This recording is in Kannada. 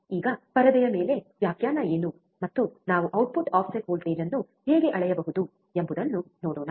ಈಗ ಪರದೆಯ ಮೇಲೆ ವ್ಯಾಖ್ಯಾನ ಏನು ಮತ್ತು ನಾವು ಔಟ್ಪುಟ್ ಆಫ್ಸೆಟ್ ವೋಲ್ಟೇಜ್ ಅನ್ನು ಹೇಗೆ ಅಳೆಯಬಹುದು ಎಂಬುದನ್ನು ನೋಡೋಣ